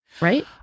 Right